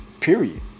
Period